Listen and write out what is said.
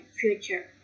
future